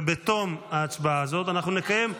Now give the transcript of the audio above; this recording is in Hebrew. בתום ההצבעה הזאת אנחנו נקיים,